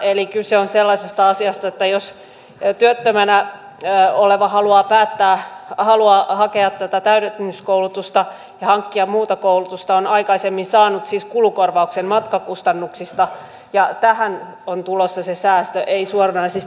eli kyse on sellaisesta asiasta että jos työttömänä oleva haluaa hakea tätä täydennyskoulutusta ja hankkia muuta koulutusta niin aikaisemmin on saanut siis kulukorvauksen matkakustannuksista ja tähän on tulossa se säästö ei suoranaisesti tähän koulutukseen